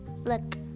Look